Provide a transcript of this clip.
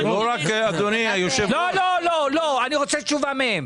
אני רוצה תשובה מהם.